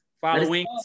Following